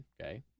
okay